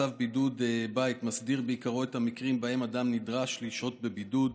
צו בידוד בית מסדיר בעיקרו את המקרים שבהם אדם נדרש לשהות בבידוד.